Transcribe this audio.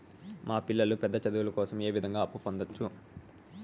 మా పిల్లలు పెద్ద చదువులు కోసం ఏ విధంగా అప్పు పొందొచ్చు?